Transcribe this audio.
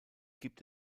gibt